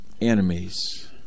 enemies